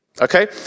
Okay